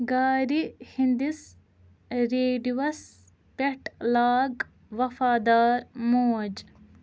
گارِ ہٕندِس ریڈوَس پٮ۪ٹھ لاگ وفادار موج